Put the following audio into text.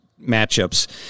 matchups